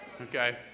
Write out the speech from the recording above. Okay